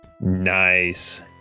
Nice